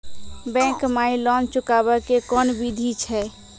Bank माई loan चुकाबे के कोन बिधि छै?